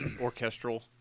orchestral